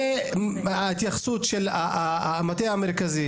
ההתייחסות הזו של המטה המרכזי,